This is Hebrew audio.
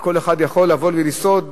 כל אחד יכול לבוא ולסעוד,